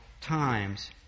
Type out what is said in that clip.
times